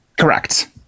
Correct